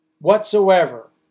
whatsoever